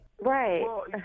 Right